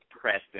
Preston